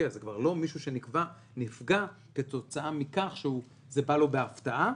כבר לא מישהו שנפגע כתוצאה מכך שזה בא לו בהפתעה.